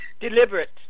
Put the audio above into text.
Deliberate